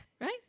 Right